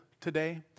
today